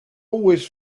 always